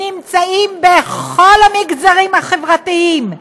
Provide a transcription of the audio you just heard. נמצאים בכל המגזרים החברתיים,